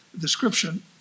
description